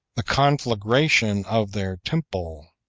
the conflagration of their temple,